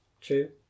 true